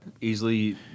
Easily